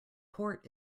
port